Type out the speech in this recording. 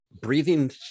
Breathing